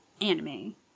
anime